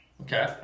okay